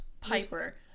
Piper